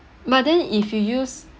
but then if you use